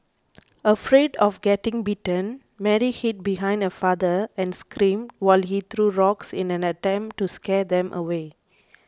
afraid of getting bitten Mary hid behind her father and screamed while he threw rocks in an attempt to scare them away